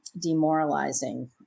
demoralizing